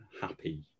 happy